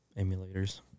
emulators